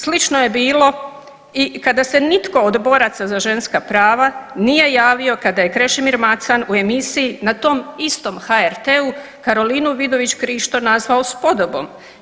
Slično je bilo i kada se nitko od boraca za ženska prava nije javio kada je Krešimir Macan u emisiji na tom istom HRT-u Karolinu Vidović Krišto nazvao spodobom.